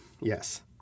Yes